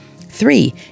Three